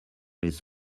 his